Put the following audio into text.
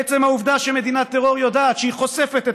עצם העובדה שמדינת טרור יודעת שהיא חושפת את